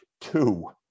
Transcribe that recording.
two